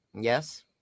Yes